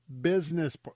business